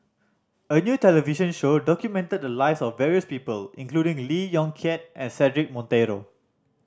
a new television show documented the lives of various people including Lee Yong Kiat and Cedric Monteiro